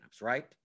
right